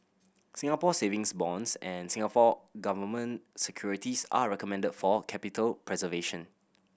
Singapore Savings Bonds and Singapore Government Securities are recommended for capital preservation